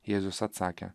jėzus atsakė